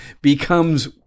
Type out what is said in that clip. becomes